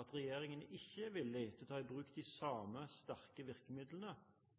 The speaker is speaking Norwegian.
at regjeringen ikke er villig til å ta i bruk de samme sterke virkemidlene